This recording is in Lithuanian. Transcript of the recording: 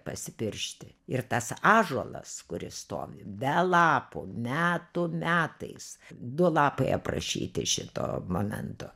pasipiršti ir tas ąžuolas kuris stovi be lapų metų metais du lapai aprašyti šito momento